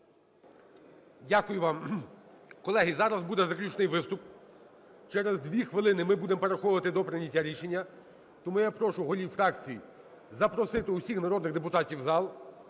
Дякую вам. Колеги, зараз буде заключний виступ, через дві хвилини ми будемо переходити до прийняття рішення. Тому я прошу голів фракцій запросити всіх народних депутатів в зал.